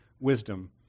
wisdom